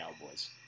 Cowboys